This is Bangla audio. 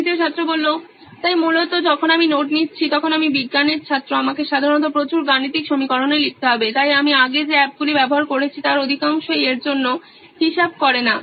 তৃতীয় ছাত্র তাই মূলত যখন আমি নোট নিচ্ছি তখন আমি বিজ্ঞানের ছাত্র আমাকে সাধারণত প্রচুর গাণিতিক সমীকরণে লিখতে হবে তাই আমি আগে যে অ্যাপগুলি ব্যবহার করেছি তার অধিকাংশই এর জন্য হিসাব করে না